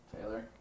Taylor